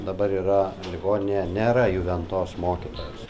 dabar yra ligoninėje nėra juevntos mokytojos